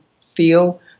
feel